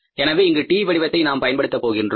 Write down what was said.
எனவே இங்கு T வடிவத்தை நாம் பயன்படுத்த போகின்றோம்